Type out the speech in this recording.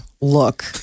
look